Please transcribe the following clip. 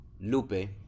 lupe